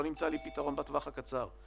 לא נמצא לי פתרון בטווח הקצר.